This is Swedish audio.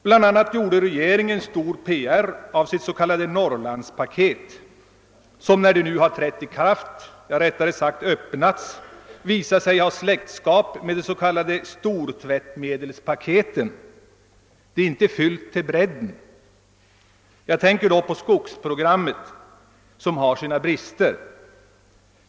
Bl.a. gjorde regeringen stor PR av sitt s.k. »Norrlands paket», som när det nu har trätt i kraft — eller rättare sagt öppnats — visat sig ha släktskap med de s.k. stortvättmedelspaketen: de är inte fyllda till brädden. Då tänker jag på skogsprogrammet, som har sina brister.